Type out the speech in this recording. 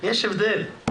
יש הבדל.